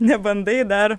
nebandai dar